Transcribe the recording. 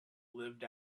lived